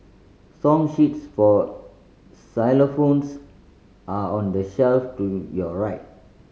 song sheets for xylophones are on the shelf to your right